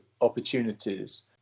opportunities